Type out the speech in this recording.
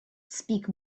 speak